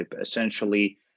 essentially